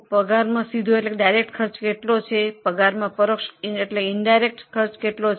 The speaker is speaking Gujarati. પગારમાં પ્રત્યક્ષ અને પરોક્ષ ખર્ચ કેટલો છે